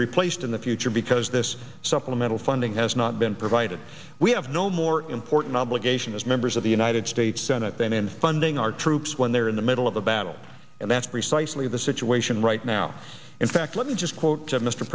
replaced in the future because this supplemental funding has not been provided we have no more important obligation as members of the united states senate then in funding our troops when they're in the middle of a battle and that's precisely the situation right now in fact let me just quote